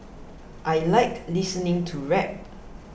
I like listening to rap